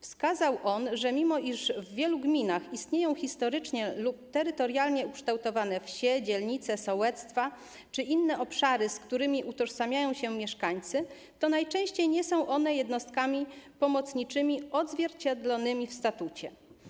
Wskazał on, że mimo iż w wielu gminach istnieją historycznie lub terytorialnie ukształtowane wsie, dzielnice, sołectwa czy inne obszary, z którymi utożsamiają się mieszkańcy, to najczęściej nie są one jednostkami pomocniczymi odzwierciedlonymi w statucie.